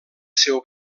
seu